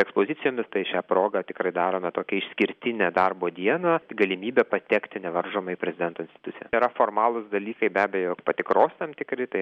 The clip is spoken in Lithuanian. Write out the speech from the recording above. ekspozicijomis tai šia proga tikrai darome tokią išskirtinę darbo dieną galimybę patekti nevaržomai į prezidento instituciją tai yra formalūs dalykai be abejo patikros tam tikri tai